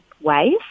ways